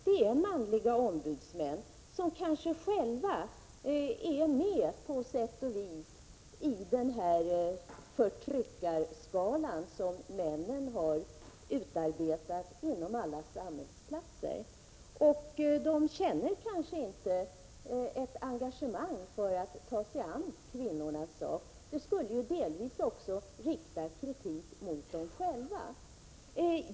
De har manliga ombudsmän, som kanske själva på sätt och vis finns med på den förtryckarskala som männen har arbetat fram inom alla samhällsklasser, och de känner kanske inte ett engagemang för att ta sig an kvinnornas sak. Det skulle delvis också innebära att kritik riktas mot dem själva.